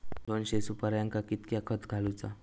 दोनशे सुपार्यांका कितक्या खत घालूचा?